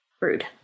rude